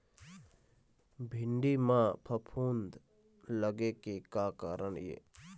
भिंडी म फफूंद लगे के का कारण ये?